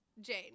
Jane